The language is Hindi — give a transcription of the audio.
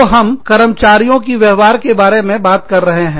तो हम कर्मचारियों की व्यवहार के बारे में बात कर रहे हैं